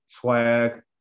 swag